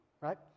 right